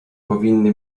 powinny